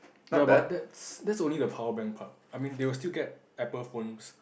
ya but that's that's only the power bank part I mean they will still get Apple phones